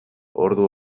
ordu